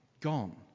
gone